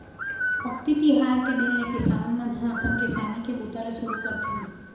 अक्ती तिहार के दिन ले किसान मन ह अपन किसानी के बूता ल सुरू करथे